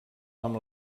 amb